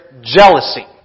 jealousy